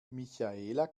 michaela